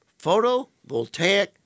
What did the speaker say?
photovoltaic